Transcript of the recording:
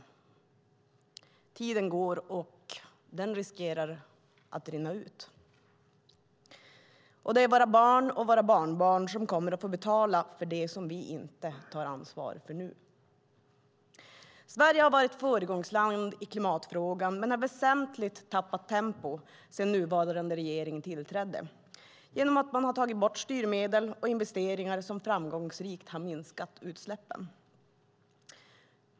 Tiden går. Den riskerar att rinna ut. Det är våra barn och våra barnbarn som kommer att få betala för det som vi inte tar ansvar för nu. Sverige har varit ett föregångsland i klimatfrågan men har väsentligt tappat tempo sedan nuvarande regering tillträdde genom att man har tagit bort styrmedel och investeringar som framgångsrikt har minskat utsläppen.